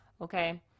Okay